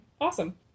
Awesome